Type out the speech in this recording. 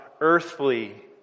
earthly